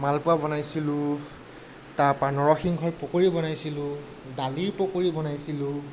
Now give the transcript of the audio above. মালপোৱা বনাইছিলো তাৰপৰা নৰসিংহৰ পকৰি বনাইছিলো দালিৰ পকৰি বনাইছিলো